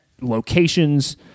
locations